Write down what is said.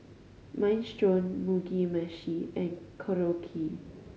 Minestrone Mugi Meshi and Korokke